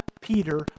Peter